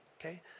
Okay